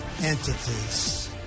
entities